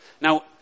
now